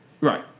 Right